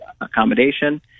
accommodation